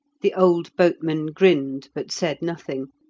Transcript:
the old boatman grinned, but said nothing,